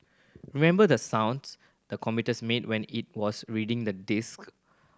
remember the sounds the computers made when it was reading the disk